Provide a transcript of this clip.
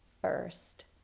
first